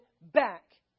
back